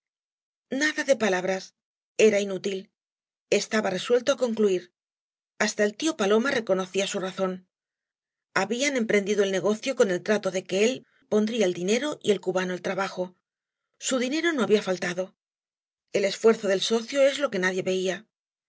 nada de palabras era inútil estaba resuelto á concluir hasta el tío paloma reconocía su razón habían emprendido el negocio con el trato de que él pondría eí dinero y el cubano el trabajo su dinero no había faltado el esfuerzo del socio es lo que nadie veía